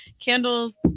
candles